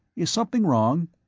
is something wrong?